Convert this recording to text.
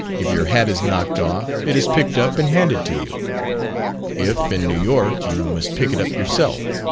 if your hat is knocked off it is picked up and handed to you if, in new york, you must pick it up yourself.